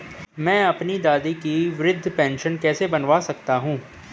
मैं अपनी दादी की वृद्ध पेंशन कैसे बनवा सकता हूँ?